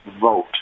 vote